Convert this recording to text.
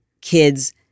kids